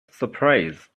surprise